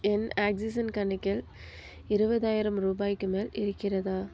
என் oxygen கணக்கில் இருபதாயிரம் ரூபாய்க்கு மேல் இருக்கிறதா